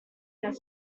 that